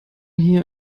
hier